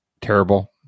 terrible